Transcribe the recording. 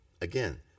Again